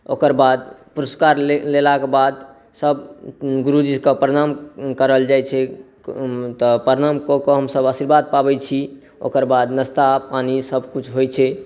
ओकर बाद पुरस्कार लेलाक बाद सभ गुरुजीके प्रणाम करल जाय छै तऽ प्रणामकऽ कऽ हमसभ आशीर्वाद पाबै छी ओकर बाद नस्ता पानी सभ किछु होइ छै